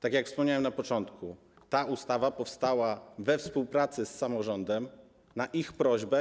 Tak jak wspomniałem na początku, ta ustawa powstała we współpracy z samorządami, na ich prośbę.